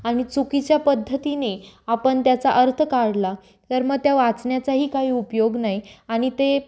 आणि चुकीच्या पद्धतीने आपण त्याचा अर्थ काढला तर मग त्या वाचण्याचाही काही उपयोग नाही आणि ते